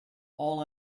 all